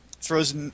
throws